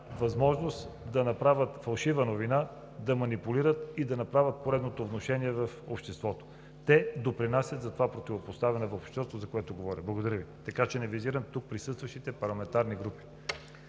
възможност да направят фалшива новина, да манипулират и да направят поредното внушение в обществото. Те допринасят за това противопоставяне в обществото, за което говоря. Не визирам присъстващите тук парламентарни групи.